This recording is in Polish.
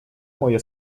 moje